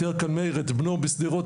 תיאר כאן מאיר את בנו בשדרות.